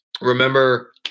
Remember